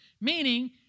Meaning